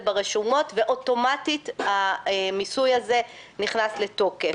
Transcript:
ברשומות ואוטומטית המיסוי הזה נכנס לתוקף.